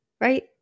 right